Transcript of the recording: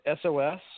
SOS